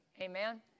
Amen